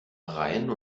rhein